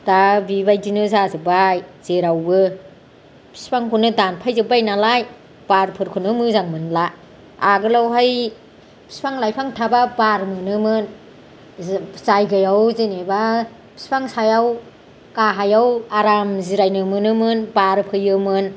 दा बेबायदिनो जाजोबबाय जेरावबो बिफांखौनो दानफाय जोबबाय नालाय बारफोरखौनो मोजां मोनला आगोलावहाय बिफां लायफां थाबा बार मोनोमोन जायगायाव जेनेबा बिफां सायाव गाहायाव आराम जिरायनो मोनोमोन बार फैयोमोन